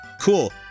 Cool